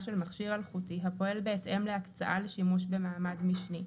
של מכשיר אלחוטי הפועל בהתאם להקצאה לשימוש במעמד משני.